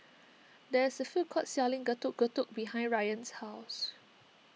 there is a food court selling Getuk Getuk behind Rayan's house